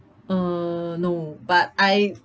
err no but I